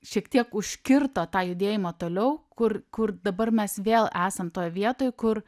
šiek tiek užkirto tą judėjimą toliau kur kur dabar mes vėl esam toj vietoj kur